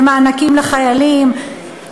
במענקים לחיילים,